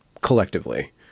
collectively